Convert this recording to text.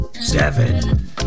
Seven